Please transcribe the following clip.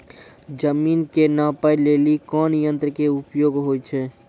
जमीन के नापै लेली कोन यंत्र के उपयोग होय छै?